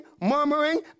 murmuring